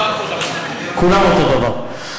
כולם אותו דבר.